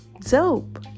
dope